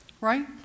Right